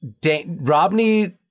Robney